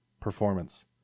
performance